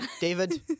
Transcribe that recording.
David